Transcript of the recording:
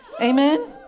Amen